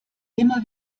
immer